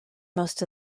most